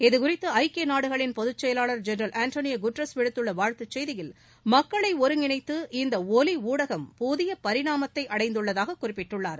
இது குறித்து ஐக்கிய நாடுகளின் பொதுச் செயலாளர் ஜென்ரல் ஆட்டோனியா குட்ரஸ் விடுத்துள்ள வாழ்த்துச் செய்தியில் மக்களை ஒருங்கிணைத்து இந்த ஒலி ஊடகம் புதிய பரிணாமத்தை அடைந்துள்ளதாக குறிப்பிட்டுள்ளார்